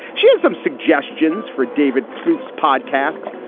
she has some suggestions for david plouffe's podcast,